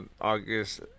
August